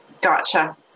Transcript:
Gotcha